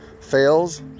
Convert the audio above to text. fails